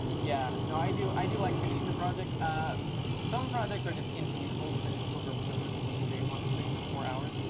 yeah. no, i do. i do like finishing the project. ah some projects are just infeasible to finish over the course of one stream, honestly, for four hours.